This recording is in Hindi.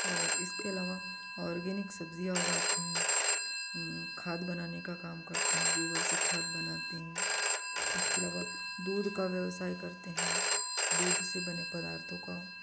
और इसके अलावा ऑर्गेनिक सब्ज़ियाँ उगाती हैं खाद बनाने का काम करते हैं गोबर से खाद बनाते हैं इसके अलावा दूध का व्यवसाय करते हैं दूध से बने पदार्थों का